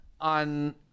on